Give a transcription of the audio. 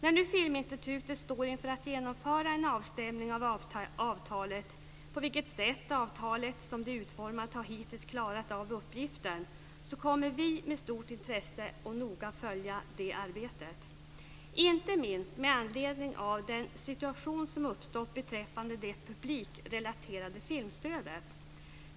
När nu Filminstitutet står inför genomförandet av en avstämning av avtalet när det gäller på vilket sätt avtalet som det är utformat hittills har klarat av uppgiften så kommer vi med stort intresse att noga följa det arbetet. Det kommer vi att göra inte minst med anledning av den situation som uppstått beträffande det publikrelaterade filmstödet.